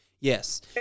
Yes